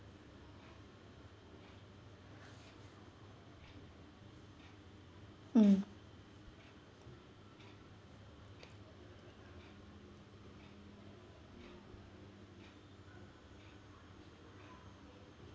mm